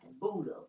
Buddha